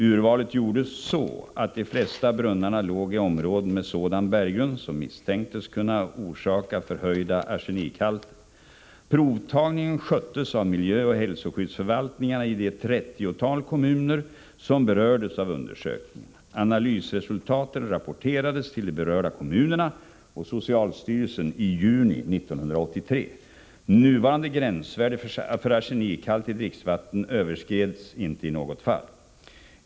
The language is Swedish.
Urvalet gjordes så, att de flesta brunnarna låg i områden med sådan berggrund som misstänktes kunna orsaka förhöjda arsenikhalter. Provtagningen sköttes av miljöoch hälsoskyddsförvaltningarna i det trettiotal kommuner som omfattades av undersökningen. Analysresultaten rapporterades till de berörda kommunerna och socialstyrelsen i juni 1983. Nuvarande gränsvärde för arsenikhalt i dricksvatten överskreds inte i något fall.